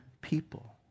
people